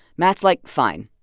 matt's like, fine,